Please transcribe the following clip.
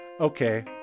Okay